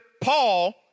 Paul